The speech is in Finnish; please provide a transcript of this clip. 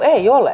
ei ole